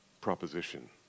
proposition